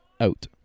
Out